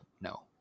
no